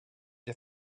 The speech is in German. der